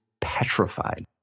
petrified